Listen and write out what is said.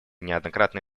неоднократно